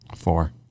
four